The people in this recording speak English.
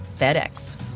FedEx